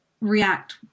react